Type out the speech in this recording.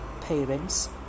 parents